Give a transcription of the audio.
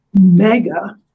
mega